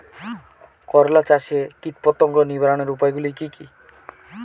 করলা চাষে কীটপতঙ্গ নিবারণের উপায়গুলি কি কী?